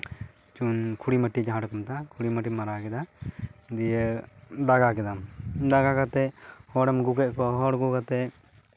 ᱪᱩᱱ ᱠᱷᱚᱲᱤᱢᱟᱴᱤ ᱡᱟᱦᱟᱸ ᱫᱚᱠᱚ ᱢᱮᱛᱟᱜ ᱠᱷᱚᱲᱤ ᱢᱟᱴᱤᱢ ᱢᱟᱨᱟᱣ ᱠᱮᱫᱟ ᱫᱤᱭᱮ ᱫᱟᱜᱟ ᱠᱮᱫᱟᱢ ᱫᱟᱜᱟ ᱠᱟᱛᱮᱫ ᱦᱚᱲᱮᱢ ᱟᱹᱜᱩ ᱠᱮᱫ ᱠᱚᱣᱟ ᱦᱚᱲ ᱟᱹᱜᱩ ᱠᱟᱛᱮᱫ